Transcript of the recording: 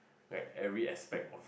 right every aspect of